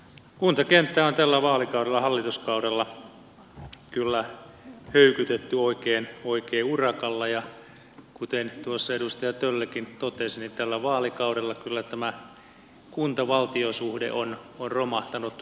kuntakenttää on tällä vaalikaudella hallituskaudella kyllä höykytetty oikein urakalla ja kuten tuossa edustaja töllikin totesi niin tällä vaalikaudella kyllä tämä kuntavaltio suhde on romahtanut